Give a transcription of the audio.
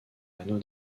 anneau